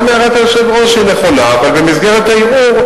היושב-ראש, זה בסדר.